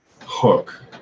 hook